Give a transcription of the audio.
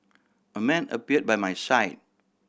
a man appeared by my side